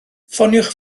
ffoniwch